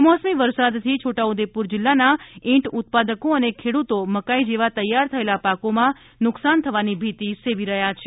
કમોસમી વરસાદથી છોટા ઉદેપુર જિલ્લાના ઇંટ ઉત્પાદકો અને ખેડૂતો મકાઈ જેવા તૈયાર થયેલા પાકોમાં નુકશાન થવાની ભીતિ સેવી રહ્યા છે